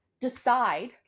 decide